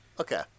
Okay